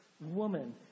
woman